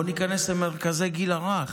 בואו ניכנס למרכזי הגיל הרך.